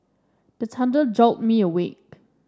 the thunder jolt me awake